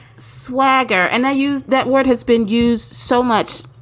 swagger and i use that word has been used so much,